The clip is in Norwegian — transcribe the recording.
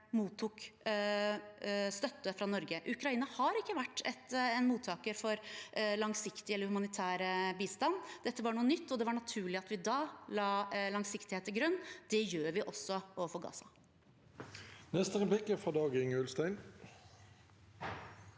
mottok støtte fra Norge. Ukraina har ikke vært en mottaker for langsiktig eller humanitær bistand. Dette var noe nytt, og det var naturlig at vi da la langsiktighet til grunn. Det gjør vi også overfor Gaza. Dag-Inge Ulstein